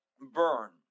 burn